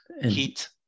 heat